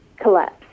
Collapse